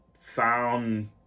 Found